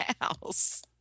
house